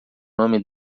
nome